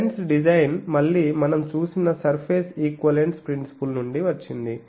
ఈ lens design మళ్ళీ మనం చూసిన సర్ఫేస్ ఈక్వివలెన్స్ ప్రిన్సిపుల్ నుండి వచ్చింది